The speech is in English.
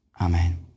Amen